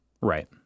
Right